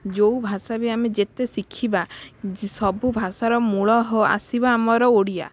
ଯେଉଁ ଭାଷା ବି ଆମେ ଯେତେ ଶିଖିବା ସବୁ ଭାଷାର ମୂଳ ଆସିବ ଆମର ଓଡ଼ିଆ